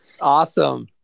Awesome